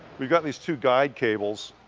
we've got these two guide cables